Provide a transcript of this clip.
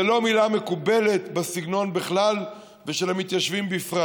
זה לא מילה מקובלת בסגנון בכלל ושל המתיישבים בפרט,